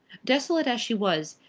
desolate as she was,